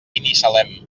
binissalem